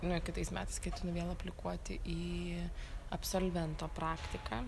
nu kitais metais ketinu vėl aplikuoti į absolvento praktiką